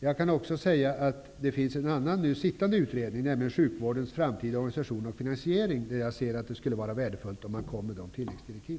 Det finns också en annan nu sittande utredning om sjukvårdens framtida organisation och finansiering. I det sammanhanget vore det också värdefullt om man utfärdade sådana tilläggsdirektiv.